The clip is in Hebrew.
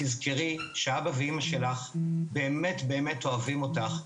תזכרי שאבא ואימא שלך באמת אוהבים אותך,